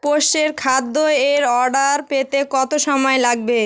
পোষ্যের খাদ্যের অর্ডার পেতে কত সময় লাগবে